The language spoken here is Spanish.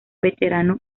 veterano